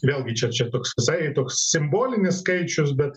vėlgi čia čia toks visai toks simbolinis skaičius bet